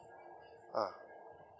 ah